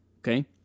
okay